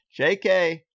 JK